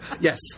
Yes